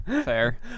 Fair